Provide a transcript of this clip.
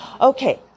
Okay